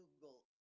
google